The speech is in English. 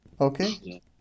okay